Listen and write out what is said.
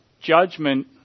judgment